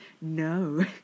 no